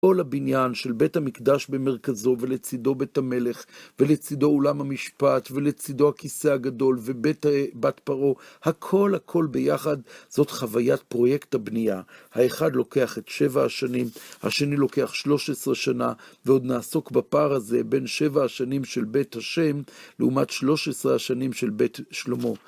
כל הבניין של בית המקדש במרכזו, ולצידו בית המלך, ולצידו אולם המשפט, ולצידו הכיסא הגדול, ובית בת פרעה, הכל הכל ביחד, זאת חוויית פרויקט הבנייה. האחד לוקח את שבע השנים, השני לוקח שלוש עשרה שנה, ועוד נעסוק בפער הזה בין שבע השנים של בית ה' לעומת שלוש עשרה השנים של בית שלמה.